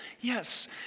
Yes